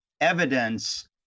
evidence